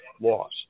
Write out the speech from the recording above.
loss